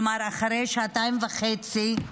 כלומר, אחרי שעתיים וחצי,